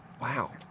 Wow